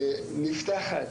נפתחת